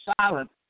silent